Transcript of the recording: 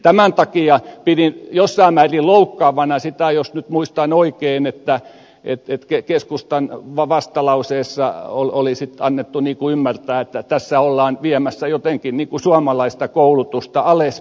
tämän takia pidin jossain määrin loukkaavana sitä jos nyt muistan oikein että keskustan vastalauseessa olisi annettu ymmärtää että tässä ollaan viemässä jotenkin suomalaista koulutusta alaspäin